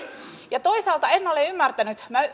ja toisaalta en ole ymmärtänyt minä